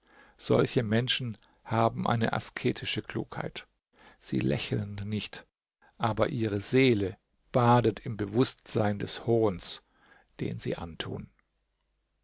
solche menschen haben eine asketische klugheit sie lächeln nicht aber ihre seele badet im bewußtsein des hohnes den sie antun